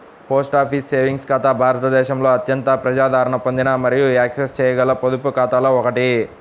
post office savings ఖాతా భారతదేశంలో అత్యంత ప్రజాదరణ పొందిన మరియు యాక్సెస్ చేయగల పొదుపు ఖాతాలలో ఒకటి